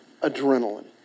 adrenaline